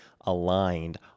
aligned